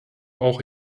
auch